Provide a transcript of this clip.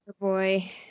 Boy